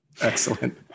Excellent